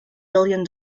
billion